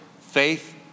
faith